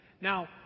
Now